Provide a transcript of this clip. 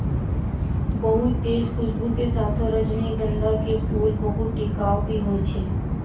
बहुत तेज खूशबू के साथॅ रजनीगंधा के फूल बहुत टिकाऊ भी हौय छै